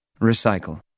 Recycle